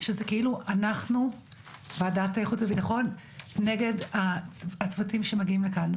שזה כאילו אנחנו ועדת חוץ וביטחון נגד הצוותים שמגיעים לכאן.